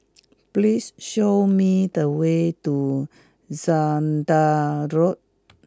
please show me the way to Zehnder Road